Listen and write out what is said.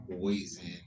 Poison